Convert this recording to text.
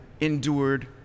endured